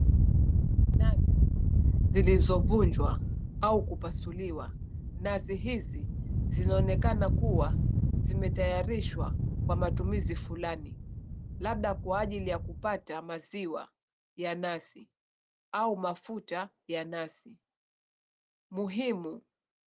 Nazi zilizovunjwa au kupasuliwa. Nazi hizi zinaonekana kuwa zimetayarishwa kwa matumizi fulani, labda kwa ajili ya kupata maziwa ya nazi au mafuta ya nazi. Muhimu.